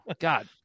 God